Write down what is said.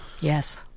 Yes